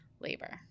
labor